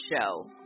Show